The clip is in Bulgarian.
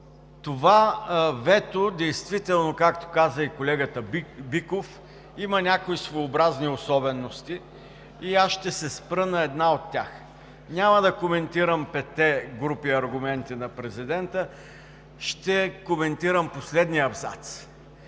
Това вето действително, както каза и колегата Биков, има някои своеобразни особености и аз ще се спра на една от тях. Няма да коментирам петте групи аргументи на президента, ще коментирам последния абзац